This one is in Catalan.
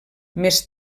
més